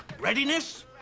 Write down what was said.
readiness